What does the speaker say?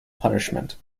punishment